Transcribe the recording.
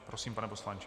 Prosím, pane poslanče.